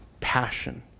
passion